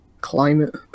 climate